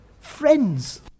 friends